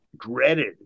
dreaded